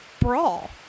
brawl